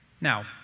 Now